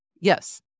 Yes